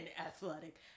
athletic